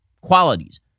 qualities